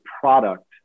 product